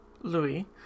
Louis